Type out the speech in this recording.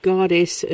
Goddess